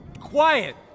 Quiet